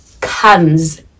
comes